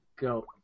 Go